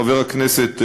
חבר הכנסת אוחנה,